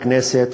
בכנסת,